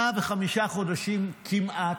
שנה וחמישה חודשים כמעט,